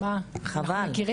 חבל.